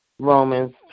Romans